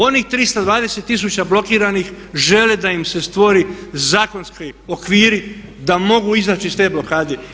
Onih 320 tisuća blokiranih žele da im se stvori zakonski okviri da mogu izaći iz te blokade.